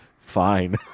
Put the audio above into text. fine